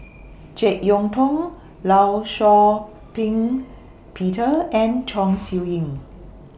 Jek Yeun Thong law Shau Ping Peter and Chong Siew Ying